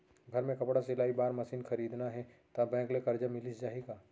घर मे कपड़ा सिलाई बार मशीन खरीदना हे बैंक ले करजा मिलिस जाही का?